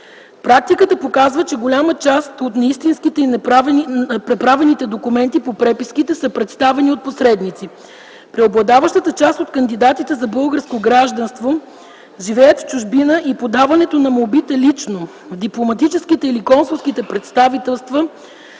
Практиката показва, че голяма част от неистинските и преправените документи по преписките са представени от посредници. Преобладаващата част от кандидатите за българско гражданство живеят в чужбина и подаването на молбите лично в дипломатическите или консулските представителства